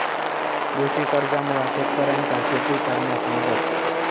कृषी कर्जामुळा शेतकऱ्यांका शेती करण्यास मदत